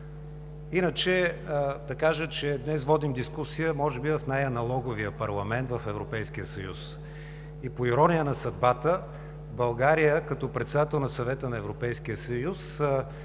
теми. Да кажа, че днес водим дискусия може би в най-аналоговия парламент в Европейския съюз и по ирония на съдбата България като председател на Съвета на Европейския съюз